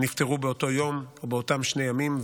הם נפטרו באותו יום או באותם שני ימים,